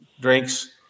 drinks